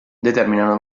determinano